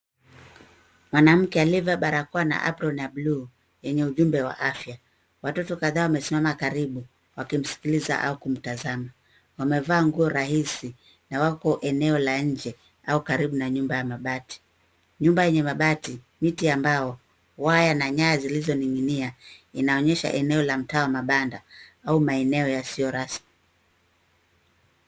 Mwanamke aliyevaa barakoa na apron ya bkue yenye ujumbe wa afya. watoto kadhaa wamesimama karibu wakimsikiliza au kumtazama. Wamevaa nguo rahisi na wako eneo la nje au karibu na nyumba ya mabati. Nyumba yenye mabati, miti ya mbao, waya na nyaya zilizoning'inia inaonesha eneo la mtaa wa mabanda au maeneo yasiyo rasmi.